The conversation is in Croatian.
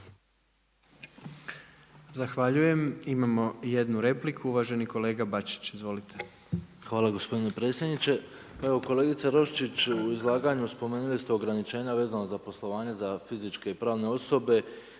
Zahvaljujem. Imamo jednu repliku uvaženi kolega Bačića. Izvolite. **Bačić, Ante (HDZ)** Hvala gospodine predsjedniče. Pa evo kolegice Roščić, u izlaganju spomenuli ste ograničenja vezano za poslovanje za fizičke i pravne osobe